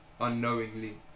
unknowingly